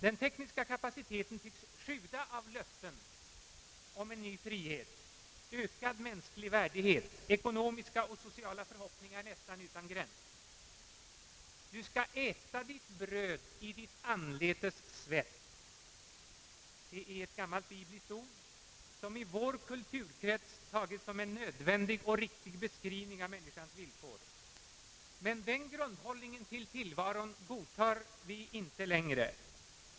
Den tekniska kapaciteten tycks sjuda av löften om en ny frihet, ökad mänsklig värdighet, ekonomiska och sociala förhoppningar nästan utan gräns. »Du skall äta ditt bröd i ditt anletes svett», är ett gammalt bibliskt ord som i vår kulturkrets tagits som en nödvändig och riktig beskrivning av människans villkor. Men den grundhållningen inför tillvaron godtar vi inte längre.